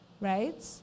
right